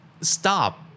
stop